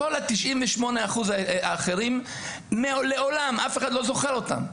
כל ה-98% האחרים לעולם אף אחד לא זוכר אותם.